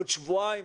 בעוד שבועיים,